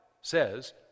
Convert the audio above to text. says